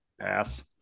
pass